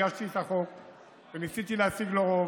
הגשתי את החוק וניסיתי להשיג לו רוב,